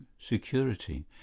security